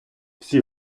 всі